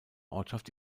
ortschaft